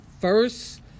first